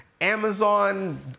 Amazon